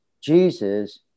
Jesus